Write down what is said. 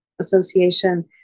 association